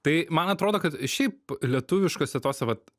tai man atrodo kad šiaip lietuviškose tose vat